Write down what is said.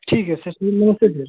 ठीक है सर जी नमस्ते सर